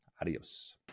Adios